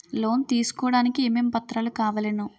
Loan తీసుకోడానికి ఏమేం పత్రాలు కావలెను?